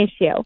issue